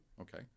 Okay